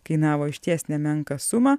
kainavo išties nemenką sumą